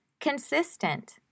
consistent